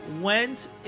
went